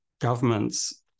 governments